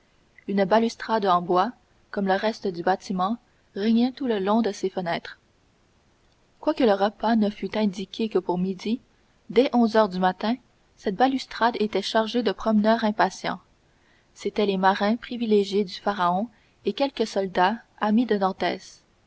une balustrade en bois comme le reste du bâtiment régnait tout le long de ces fenêtres quoique le repas ne fût indiqué que pour midi dès onze heures du matin cette balustrade était chargée de promeneurs impatients c'étaient les marins privilégiés du pharaon et quelques soldats amis de